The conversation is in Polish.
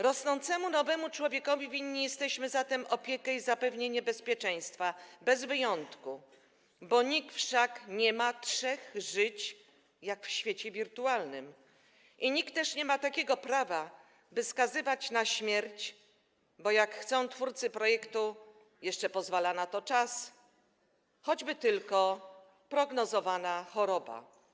Rosnącemu nowemu człowiekowi winni jesteśmy zatem opiekę i zapewnienie bezpieczeństwa bez wyjątku, bo nikt wszak nie ma trzech żyć jak w świecie wirtualnym i nikt też nie ma takiego prawa, by skazywać na śmierć, bo jak chcą twórcy projektu, jeszcze pozwala na to czas, choćby tylko prognozowana choroba.